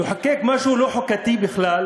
לחוקק משהו לא-חוקתי בכלל